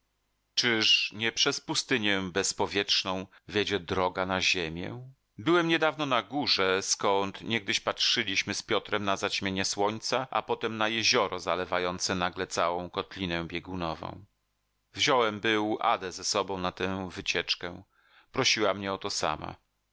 czyż nie przez pustynię bezpowietrzną wiedzie droga na ziemię byłem niedawno na górze skąd niegdyś patrzyliśmy z piotrem na zaćmienie słońca a potem na jezioro zalewające nagle całą kotlinę biegunową wziąłem był adę ze sobą na tę wycieczkę prosiła mnie o to sama